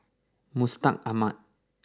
Mustaq Ahmad